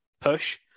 push